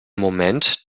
moment